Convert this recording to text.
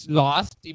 lost